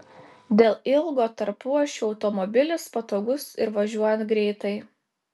dėl ilgo tarpuašio automobilis patogus ir važiuojant greitai